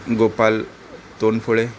Gopal Tondphole